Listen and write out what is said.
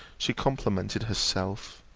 she complimented herself,